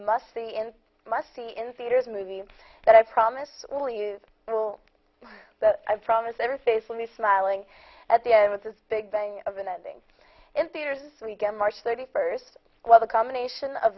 must see in must see in theaters a movie that i promise will you will but i promise every face will be smiling at the end with the big bang of an ending in theaters this weekend march thirty first while the combination of